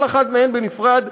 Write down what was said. כל אחת מהן בנפרד,